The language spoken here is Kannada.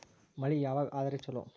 ಮಳಿ ಯಾವಾಗ ಆದರೆ ಛಲೋ?